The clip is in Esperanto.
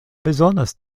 bezonas